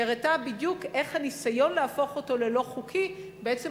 שהראתה בדיוק איך הניסיון להפוך אותו ללא-חוקי בעצם